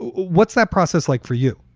what's that process like for you?